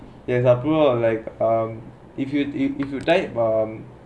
ya அப்புறம்:appuram if you died from